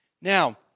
Now